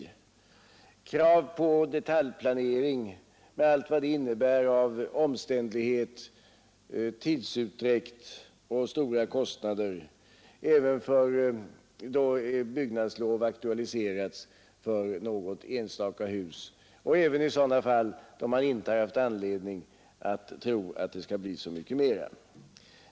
Man har krävt detaljplanering med allt vad det innebär av omständlighet, tidsutdräkt och stora kostnader även då byggnadslov aktualiserats för något enstaka hus och även i sådana fall då man inte haft anledning tro att det skulle bli så mycket mera.